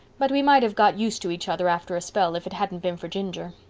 but we might have got used to each other after a spell if it hadn't been for ginger.